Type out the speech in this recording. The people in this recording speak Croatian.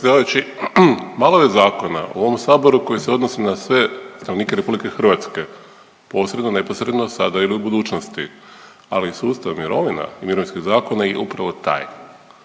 predsjedavajući malo je zakona u ovom saboru koji se odnose na sve stanovnike RH posredno ili neposredno sada ili u budućnosti, ali i sustav mirovina, mirovinskih zakona je upravo taj.